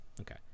okay